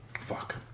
fuck